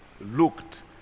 looked